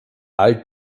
all